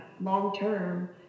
long-term